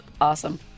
awesome